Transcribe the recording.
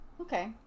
Okay